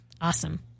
awesome